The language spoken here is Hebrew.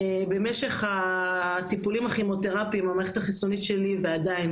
במשך הטיפולים הכימותרפיים המערכת החיסונית שלי ועדיין,